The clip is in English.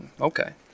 Okay